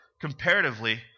comparatively